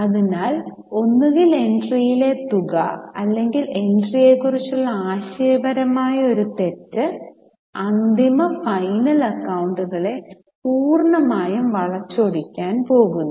അതിനാൽ ഒന്നുകിൽ എൻട്രയിലെ തുക അല്ലെങ്കിൽ എൻട്രിയെക്കുറിച്ചുള്ള ആശയപരമായ ഒരു തെറ്റ് അന്തിമ ഫൈനൽ അക്കൌണ്ടുകളെ പൂർണ്ണമായും വളച്ചൊടിക്കാൻ പോകുന്നു